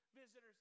Visitors